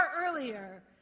earlier